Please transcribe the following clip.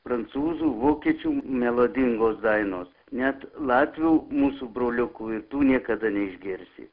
prancūzų vokiečių melodingos dainos net latvių mūsų broliukų ir tų niekada neišgirsi